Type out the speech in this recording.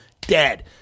dead